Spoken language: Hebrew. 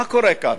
מה קורה כאן?